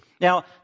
Now